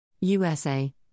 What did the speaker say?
USA